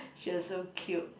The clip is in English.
she was so cute